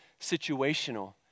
situational